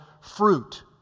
fruit